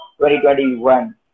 2021